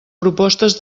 propostes